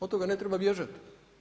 Od toga ne treba bježati.